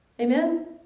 Amen